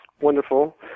wonderful